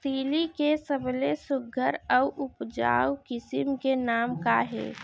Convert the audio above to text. तिलि के सबले सुघ्घर अऊ उपजाऊ किसिम के नाम का हे?